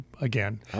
again